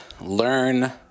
learn